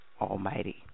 Almighty